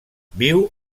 viu